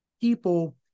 people